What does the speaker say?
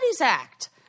Act